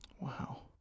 Wow